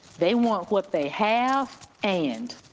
they want what they have and,